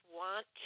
want